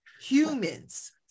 humans